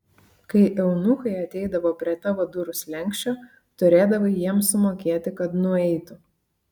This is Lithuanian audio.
kai eunuchai ateidavo prie tavo durų slenksčio turėdavai jiems sumokėti kad nueitų